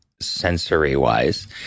sensory-wise